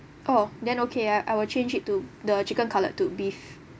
oh then okay I will change it to the chicken cutlet to beef